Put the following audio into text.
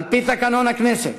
על-פי תקנון הכנסת,